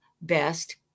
Best